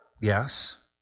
Yes